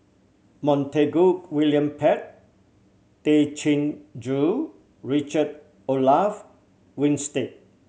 Montague William Pett Tay Chin Joo Richard Olaf Winstedt